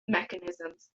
mechanisms